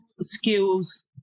skills